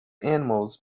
animals